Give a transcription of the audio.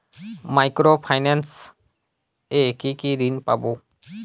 Micro finance এ কি কি ঋণ পাবো?